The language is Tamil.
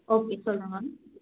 ஓகே சொல்லுங்க